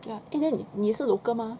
like 你你也是 local mah